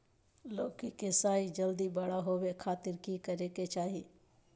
लौकी के साइज जल्दी बड़ा होबे खातिर की करे के चाही?